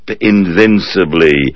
invincibly